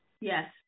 Yes